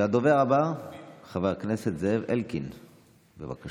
הדובר הבא חבר הכנסת זאב אלקין, בבקשה.